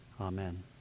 Amen